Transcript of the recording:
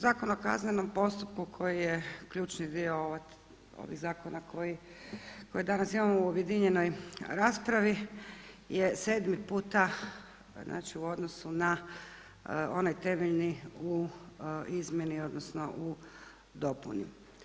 Zakon o kaznenom postupku koji je ključni dio ovog zakona koje danas imamo u objedinjenoj raspravi je sedmi puta, znači u odnosu na onaj temeljni u izmjeni, odnosno u dopuni.